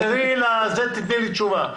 תחזרי ותתני לי תשובה.